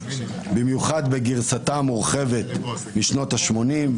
במיוחד בגרסתה המורחבת משנות השמונים.